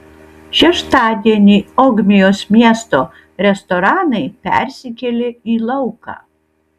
šeštadienį ogmios miesto restoranai persikėlė į lauką